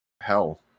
hell